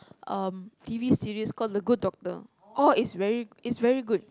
um t_v series called the good doctor oh it's very it's very good